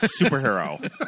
superhero